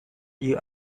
you